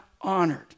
honored